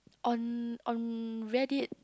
on on Reddit